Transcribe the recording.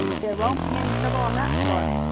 there won't be any trouble on that score.